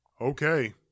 Okay